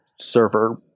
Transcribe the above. server